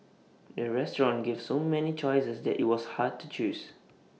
the restaurant gave so many choices that IT was hard to choose